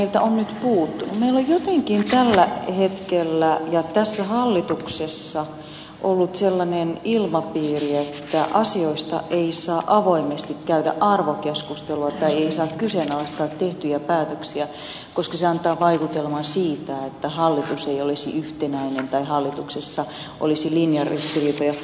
meillä on jotenkin tällä hetkellä ja tässä hallituksessa ollut sellainen ilmapiiri että asioista ei saa avoimesti käydä arvokeskustelua tai ei saa kyseenalaistaa tehtyjä päätöksiä koska se antaa vaikutelman siitä että hallitus ei olisi yhtenäinen tai hallituksessa olisi linjaristiriitoja